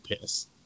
piss